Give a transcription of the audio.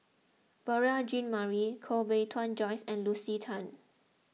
Beurel Jean Marie Koh Bee Tuan Joyce and Lucy Tan